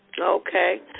okay